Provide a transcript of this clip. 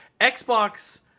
xbox